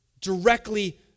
directly